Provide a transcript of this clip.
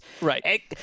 Right